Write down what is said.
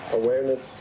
awareness